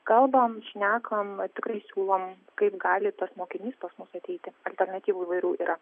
kalbam šnekam tikrai siūlom kaip gali tas mokinys pas mus ateiti alternatyvų įvairių yra